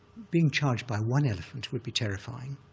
being charged by one elephant would be terrifying.